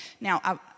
Now